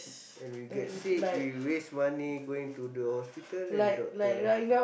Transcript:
and we get sick we waste money going to the hospital and the doctor